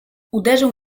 uderzył